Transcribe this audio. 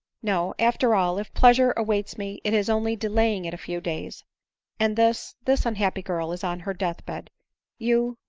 no after all, if pleasure awaits me, it is only delaying it a few days and this, this unhappy girl is on her death-bed. you,